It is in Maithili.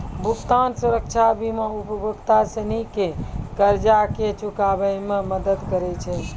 भुगतान सुरक्षा बीमा उपभोक्ता सिनी के कर्जा के चुकाबै मे मदद करै छै